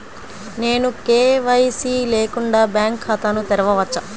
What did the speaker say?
నేను కే.వై.సి లేకుండా బ్యాంక్ ఖాతాను తెరవవచ్చా?